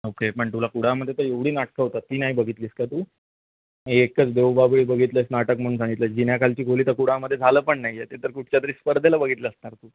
okay पण तुला कुडामध्ये तर एवढी नाटकं होतात ती नाही बघितलीस का तू एकच देवबाभळी बघितलंच नाटक म्हणून सांगितलं जिन्याखालची खोली तर कुडामध्ये झालं पण नाही आहे ते तर कुठच्या तरी स्पर्धेला बघितलं असणार तू